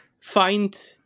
find